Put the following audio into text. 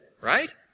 Right